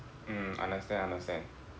mm understand understand